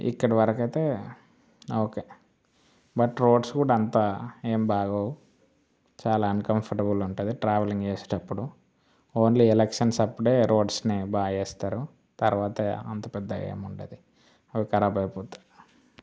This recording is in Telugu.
ఇక్కడ వరకు అయితే ఓకే బట్ రోడ్స్ కూడా అంతా ఏం బాగొవు చాలా అన్కంఫర్టబుల్ ఉంటుంది ట్రావెలింగ్ చేసేటప్పుడు ఓన్లీ ఎలక్షన్స్ అప్పుడే రోడ్స్ని బాచేస్తారు తర్వాత అంత పెద్ద ఏముండదు అవి ఖరాబ్ అయిపోతాయి